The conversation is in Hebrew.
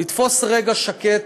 לתפוס רגע שקט,